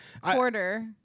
quarter